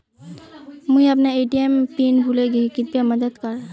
मुई अपना ATM PIN भूले गही कृप्या मदद कर